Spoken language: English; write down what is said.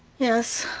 yes,